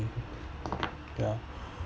ya